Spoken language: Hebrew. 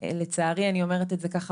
לצערי אני אומרת את זה ככה,